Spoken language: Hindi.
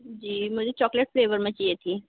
जी मुझे चॉकलेट फ्लेवर में चाहिए थी